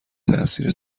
تاثیر